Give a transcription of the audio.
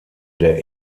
der